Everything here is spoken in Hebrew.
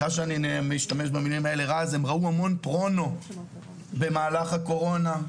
הם ראו המון פורנו במהלך הקורונה,